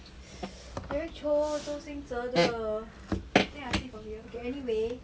eric chou 周兴哲的 I think I see from here okay anyway